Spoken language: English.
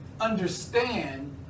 understand